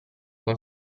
con